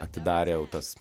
atidarė jau tas